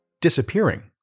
disappearing